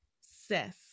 Sis